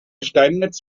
steinmetz